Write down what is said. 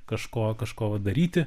kažko kažko va daryti